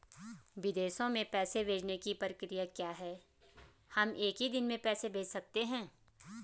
विदेशों में पैसे भेजने की प्रक्रिया क्या है हम एक ही दिन में पैसे भेज सकते हैं?